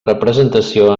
representació